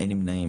אין נמנעים?